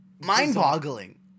mind-boggling